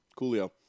Coolio